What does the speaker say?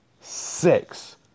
Six